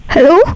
Hello